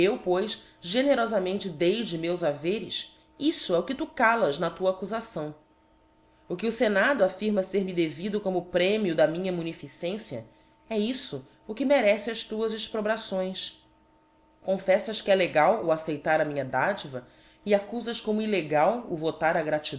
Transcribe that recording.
pois generofamente dei de meus haveres iífo é o que tu calas na tua accufação o que o fenado affirma fer me devido como premio da minha munificen cia é iíto o que merece as tuas exprobrações confelfas que é legal o acceitar a minha dadiva e accufas como illegal o votar